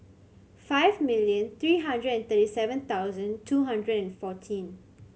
five million three hundred and thirty seven thousand two hundred and fourteen